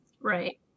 Right